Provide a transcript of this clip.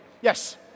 yes